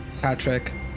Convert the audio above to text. Patrick